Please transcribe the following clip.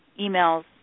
emails